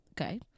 Okay